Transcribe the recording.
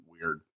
weird